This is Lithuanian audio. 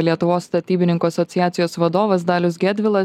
lietuvos statybininkų asociacijos vadovas dalius gedvilas